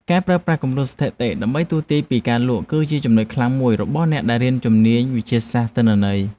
ការប្រើប្រាស់គំរូស្ថិតិដើម្បីទស្សន៍ទាយពីការលក់ គឺជាចំណុចខ្លាំងមួយរបស់អ្នកដែលរៀនជំនាញវិទ្យាសាស្ត្រទិន្នន័យ។